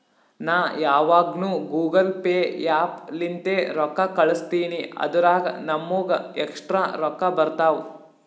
ನಾ ಯಾವಗ್ನು Google Pay app ಲಿಂತೇ ರೊಕ್ಕಾ ಕಳುಸ್ತಿನಿ ಅದುರಾಗ್ ನಮ್ಮೂಗ ಎಕ್ಸ್ಟ್ರಾ ರೊಕ್ಕಾ ಬರ್ತಾವ್